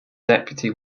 deputy